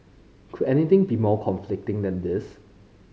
could anything be more conflicting than this